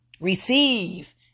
Receive